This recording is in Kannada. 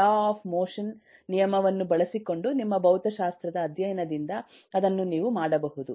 law of motion Newton's law of motion ನಿಯಮವನ್ನು ಬಳಸಿಕೊಂಡು ನಿಮ್ಮ ಭೌತಶಾಸ್ತ್ರದ ಅಧ್ಯಯನದಿಂದ ಅದನ್ನು ನೀವು ಮಾಡಬಹುದು